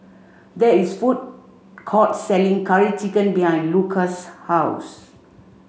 there is a food court selling Curry Chicken behind Luka's house